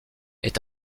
est